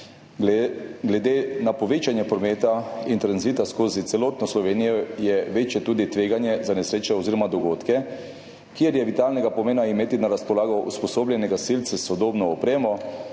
Glede na povečanje prometa in tranzita skozi celotno Slovenijo je večje tudi tveganje za nesreče oziroma dogodke, kjer je vitalnega pomena imeti na razpolago usposobljene gasilce s sodobno opremo,